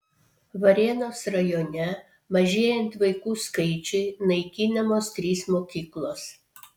varėnos rajone mažėjant vaikų skaičiui naikinamos trys mokyklos